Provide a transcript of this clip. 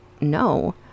no